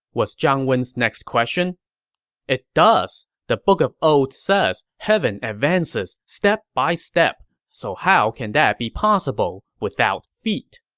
was zhang wen's next question it does. the book of odes says, heaven advances step by step so how can that be possible without feet?